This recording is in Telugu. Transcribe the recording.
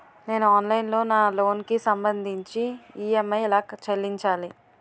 నేను ఆన్లైన్ లో నా లోన్ కి సంభందించి ఈ.ఎం.ఐ ఎలా చెల్లించాలి?